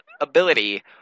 ability